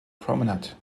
promenade